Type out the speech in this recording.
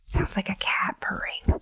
sounds like a cat purring.